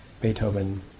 Beethoven